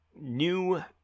new